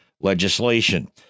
legislation